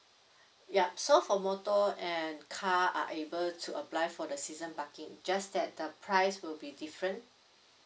ya so for motor and car are able to apply for the season parking just that the price will be different